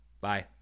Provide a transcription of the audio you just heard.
Bye